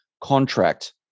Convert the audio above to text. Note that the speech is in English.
contract